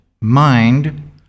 mind